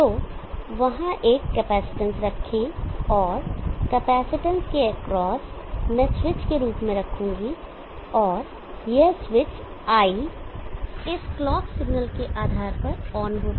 तो वहाँ एक कैपेसिटेंस रखें और कैपेसिटेंस के एक्रॉस मैं स्विच के रूप में रखूँगा और यह स्विच I इस क्लॉक सिग्नल के आधार पर ऑन होगा